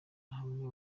hamwe